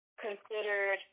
considered